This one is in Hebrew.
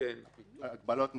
הגבלות מסוימות.